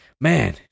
man